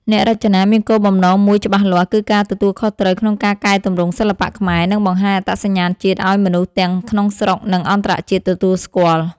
អ្នករចនាមានគោលបំណងមួយច្បាស់លាស់ គឺការទទួលខុសត្រូវក្នុងការកែទម្រង់សិល្បៈខ្មែរ និងបង្ហាញអត្តសញ្ញាណជាតិឲ្យមនុស្សទាំងក្នុងស្រុក និងអន្តរជាតិទទួលស្គាល់។